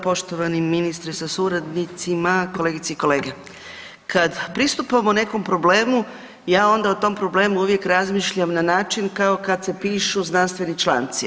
Poštovani ministre sa suradnicima, kolegice i kolege, kad pristupamo nekom problemu ja onda o tom problemu uvijek razmišljam na način kao kad se pišu znanstveni članci.